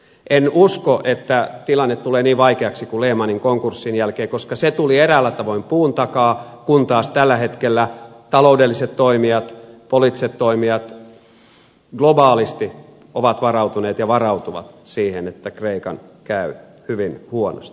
en usko että tilanne tulee niin vaikeaksi kuin lehmanin konkurssin jälkeen koska se tuli eräällä tavoin puun takaa kun taas tällä hetkellä taloudelliset toimijat ja poliittiset toimijat globaalisti ovat varautuneet ja varautuvat siihen että kreikan käy hyvin huonosti